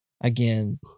again